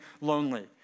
lonely